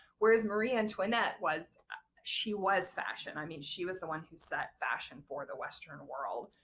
whereas marie antoinette was she was fashion! i mean she was the one who set fashion for the western world,